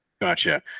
Gotcha